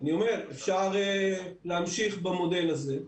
אני אומר, אפשר להמשיך במודל הזה.